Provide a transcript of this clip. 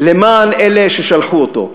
למען אלה ששלחו אותו.